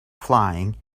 flying